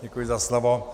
Děkuji za slovo.